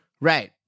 Right